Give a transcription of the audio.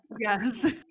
Yes